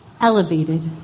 elevated